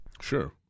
sure